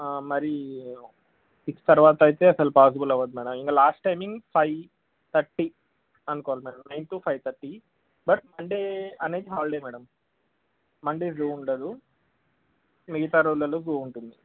మరి సిక్స్ తర్వాత అయితే అసలు పాసిబుల్ అవదు మేడం ఇంక లాస్ట్ టైమింగ్ ఫైవ్ థర్టీ అనుకోవాలి madam nine to five thirty but Monday అనేది హాలిడే మేడం మండే జూ ఉండదు మిగతా రోజలలో జూ ఉంటుంది